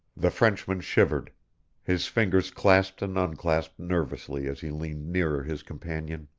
the frenchman shivered his fingers clasped and unclasped nervously as he leaned nearer his companion.